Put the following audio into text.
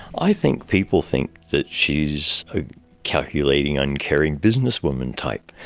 i think people think that she's a calculating, uncaring businesswoman type.